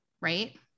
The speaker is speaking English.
right